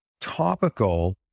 topical